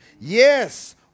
Yes